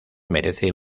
merece